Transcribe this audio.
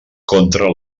contra